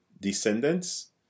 descendants